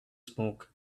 smoke